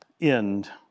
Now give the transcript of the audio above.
end